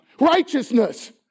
righteousness